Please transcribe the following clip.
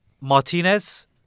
Martinez